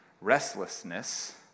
restlessness